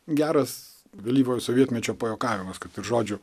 geras vėlyvojo sovietmečio pajuokavimas kad iš žodžių